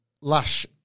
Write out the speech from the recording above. Lash